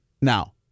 now